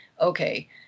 okay